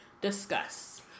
Discuss